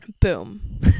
Boom